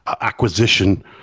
acquisition